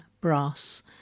brass